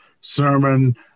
sermon